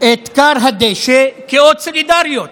את כר הדשא כאות סולידריות?